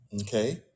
Okay